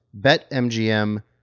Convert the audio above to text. BetMGM